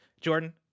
Jordan